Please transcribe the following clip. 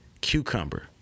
cucumber